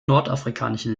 nordafrikanischen